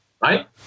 right